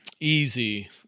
easy